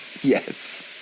Yes